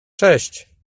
cześć